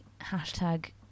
hashtag